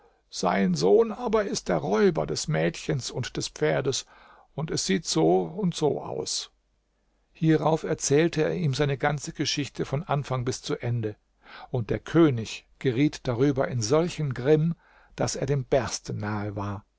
sein sohn aber ist der räuber des mädchens und des pferdes und es sieht so und so aus hierauf erzählte er ihm seine ganze geschichte von anfang bis zu ende und der könig geriet darüber in solchen grimm daß er dem bersten nahe war